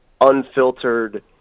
unfiltered